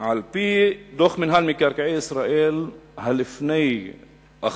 על-פי דוח מינהל מקרקעי ישראל שלפני האחרון,